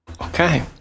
Okay